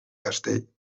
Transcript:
castell